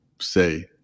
say